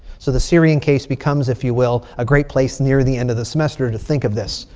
so the syrian case becomes, if you will, a great place near the end of the semester to think of this.